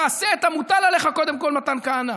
תעשה את המוטל עליך קודם כול, מתן כהנא.